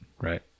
Right